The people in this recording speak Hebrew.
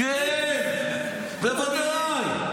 כן, בוודאי.